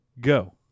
Go